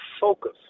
focus